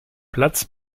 platz